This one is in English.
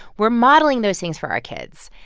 we're modeling those things for our kids,